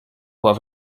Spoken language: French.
pas